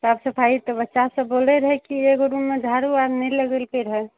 साफ सफाइ तऽ बच्चासब बोलै रहै की एगो रूममे झाड़ू आर नहि लगेलकै रहए